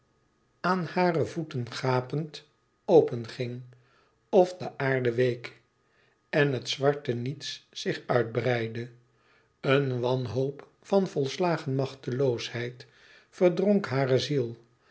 aan hare voeten gapend openging of de aarde week en het zwarte niets zich uitbreidde een wanhoop van volslagen machteloosheid verdronk hare ziel